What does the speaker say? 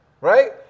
right